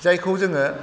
जायखौ जोङो